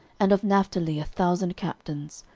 and of naphtali a thousand captains,